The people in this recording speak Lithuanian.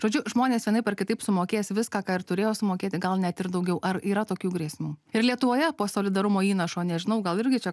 žodžiu žmonės vienaip ar kitaip sumokės viską ką ir turėjo sumokėti gal net ir daugiau ar yra tokių grėsmių ir lietuvoje po solidarumo įnašo nežinau gal irgi čia